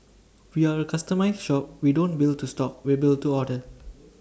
we are A customised shop we don't build to stock we build to order